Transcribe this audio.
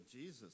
Jesus